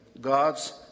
God's